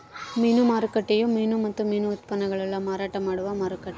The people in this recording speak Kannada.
ಮೀನು ಮಾರುಕಟ್ಟೆಯು ಮೀನು ಮತ್ತು ಮೀನು ಉತ್ಪನ್ನಗುಳ್ನ ಮಾರಾಟ ಮಾಡುವ ಮಾರುಕಟ್ಟೆ